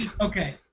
okay